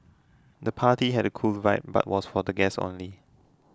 the party had a cool vibe but was for the guests only